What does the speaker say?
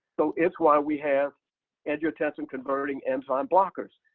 so it's why we have angiotensin-converting enzyme blockers.